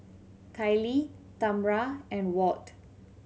Kaylee Tamra and Walt